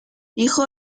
hijo